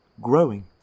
growing